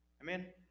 Amen